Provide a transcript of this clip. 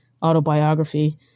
Autobiography